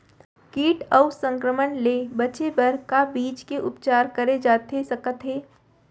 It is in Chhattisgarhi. किट अऊ संक्रमण ले बचे बर का बीज के उपचार करे जाथे सकत हे?